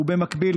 ובמקביל,